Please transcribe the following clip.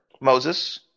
Moses—